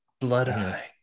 Blood-eye